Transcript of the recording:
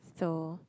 so